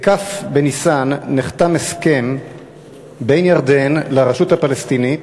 בכ' בניסן נחתם הסכם בין ירדן לרשות הפלסטינית